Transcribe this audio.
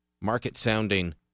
market-sounding